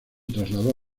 trasladó